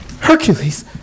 Hercules